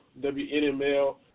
WNML